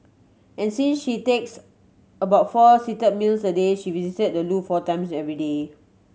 and since she takes about four seat meals a day she visits the loo four times every day